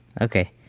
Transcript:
Okay